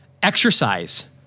Exercise